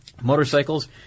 Motorcycles